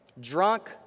drunk